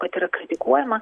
kad yra kritikuojama